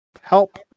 help